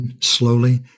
slowly